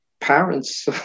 parents